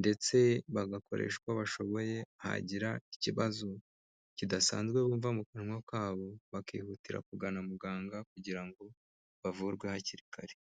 ndetse bagakoresha uko bashoboye hagira ikibazo kidasanzwe bumva mu kanwa kabo, bakihutira kugana muganga kugira ngo bavurwe hakiri kare.